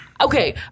okay